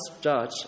judge